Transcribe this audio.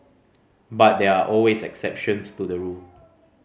but there are always exceptions to the rule